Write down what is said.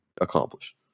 accomplished